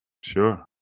Sure